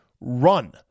run